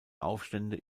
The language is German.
aufstände